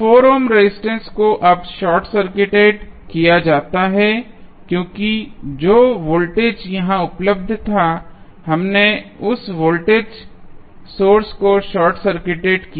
4 ohm resistance को अब short circuited किया जाता है क्योंकि जो वोल्टेज यहां उपलब्ध था हमने उस वोल्टेज सोर्स को शार्ट सर्किटेड किया